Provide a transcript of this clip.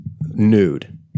nude